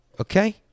okay